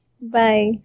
bye